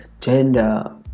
gender